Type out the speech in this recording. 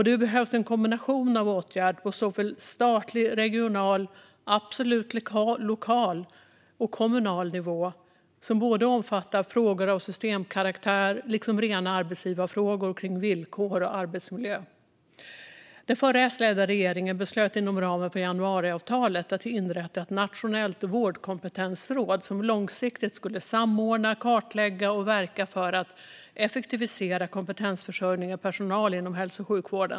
Det behövs en kombination av åtgärder på såväl statlig som regional och kommunal nivå som omfattar frågor av systemkaraktär liksom rena arbetsgivarfrågor om villkor och arbetsmiljö. Den förra S-ledda regeringen beslöt inom ramen för januariavtalet att inrätta ett nationellt vårdkompetensråd som långsiktigt skulle samordna, kartlägga och verka för att effektivisera kompetensförsörjning av personal inom hälso och sjukvården.